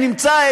אם נמצא,